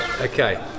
okay